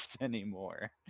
anymore